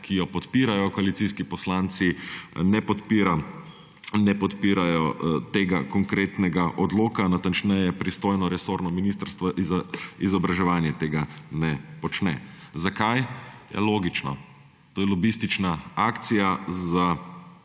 ki jo podpirajo koalicijski poslanci, ne podpirajo tega konkretnega odloka. Natančneje, pristojno resorno Ministrstvo za izobraževanje tega ne počne. Zakaj? Ja, logično, to je lobistična akcija za